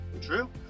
True